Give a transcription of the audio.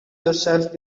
yourself